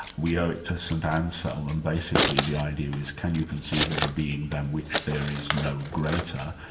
we owe it to st anselm, and basically the idea is can you conceive of a being than which there is no greater?